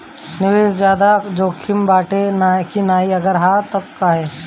निवेस ज्यादा जोकिम बाटे कि नाहीं अगर हा तह काहे?